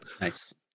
Nice